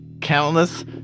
Countless